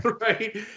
right